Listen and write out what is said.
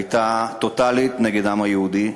הייתה טוטלית נגד העם היהודי,